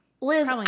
Liz